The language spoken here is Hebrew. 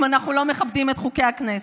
אם אנחנו לא מכבדים את חוקי הכנסת.